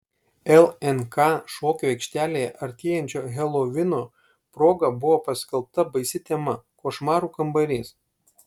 lnk šokių aikštelėje artėjančio helovino proga buvo paskelbta baisi tema košmarų kambarys